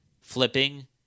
flipping